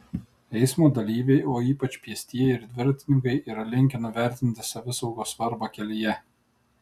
eismo dalyviai o ypač pėstieji ir dviratininkai yra linkę nuvertinti savisaugos svarbą kelyje